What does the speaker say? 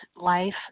life